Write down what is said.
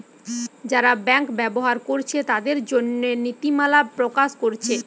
যারা ব্যাংক ব্যবহার কোরছে তাদের জন্যে নীতিমালা প্রকাশ কোরছে